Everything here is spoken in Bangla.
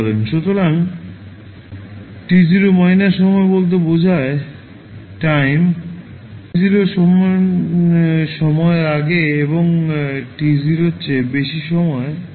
সুতরাং t 0 সময় বলতে বোঝায় টাইম t 0 এর সমান হওয়ার আগে এবং t 0 এর চেয়ে বেশি সময় এবং পরে 0 এর সমান হয়